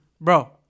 bro